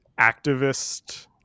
activist